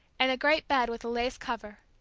and a great bed with a lace cover.